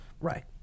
Right